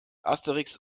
asterix